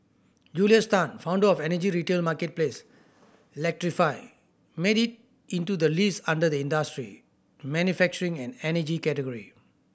Julius Tan founder of energy retail marketplace Electrify made it into the list under the industry manufacturing and energy category